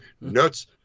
nuts